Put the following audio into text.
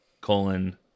colon